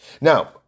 Now